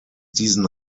diesen